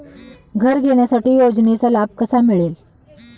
घर घेण्यासाठी योजनेचा लाभ कसा मिळेल?